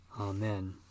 Amen